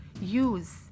use